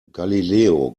galileo